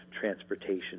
transportation